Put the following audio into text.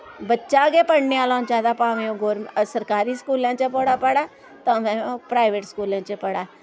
बच्चा गै पढ़ने आह्ला होने चाहिदा भावें ओह् सरकारी स्कूलें च पढ़ा पढ़ै भावें ओह् प्राइवेट स्कूलें च पढ़ै